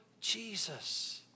Jesus